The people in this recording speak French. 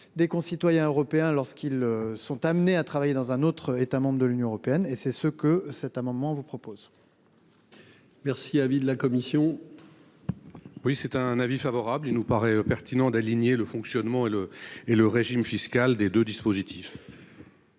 des concitoyens européens lorsqu'ils sont amenés à travailler dans un autre État membre de l'Union européenne et c'est ce que cet amendement vous propose.-- Merci à vie de la commission.-- Oui c'est un avis favorable. Il nous paraît pertinent d'aligner le fonctionnement et le et le régime fiscal des 2 dispositifs.--